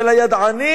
של הידענים